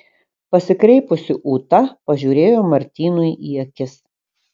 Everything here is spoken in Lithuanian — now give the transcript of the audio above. pasikreipusi ūta pažiūrėjo martynui į akis